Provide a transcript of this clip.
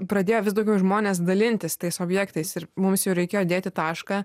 pradėjo vis daugiau žmones dalintis tais objektais ir mums jau reikėjo dėti tašką